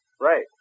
Right